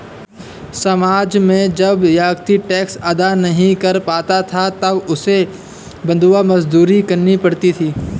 समाज में जब व्यक्ति टैक्स अदा नहीं कर पाता था तब उसे बंधुआ मजदूरी करनी पड़ती थी